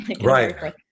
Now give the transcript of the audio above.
Right